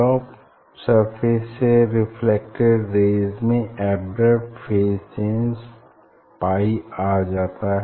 top surface से reflected rays में abrupt phase change pi आ जाता है